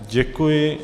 Děkuji.